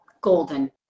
golden